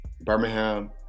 Birmingham